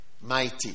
Mighty